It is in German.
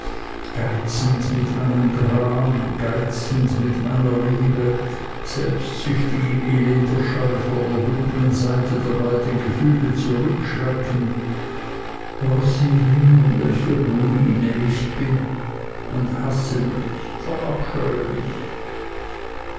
geizend mit meinem gram geizend mit meiner liebe selbstsüchtig in elender scheu vor der dunkeln seite der beiden gefühle zurückschrecken o sieh her welche ruine ich bin und hasse mich verabscheue mich